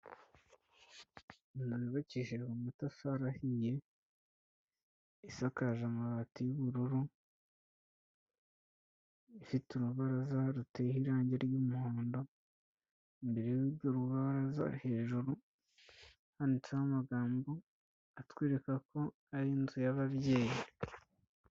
Inzu yubakishijwe amatafari ahiye, isakaje amabati y'ubururu, ifite urubaraza ruteyeho irangi ry'umuhondo, imbere y'urwo rubaraza hejuru handitseho amagambo atwereka ko ari inzu y'ababyeyi.